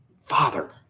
Father